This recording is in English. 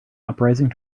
uprising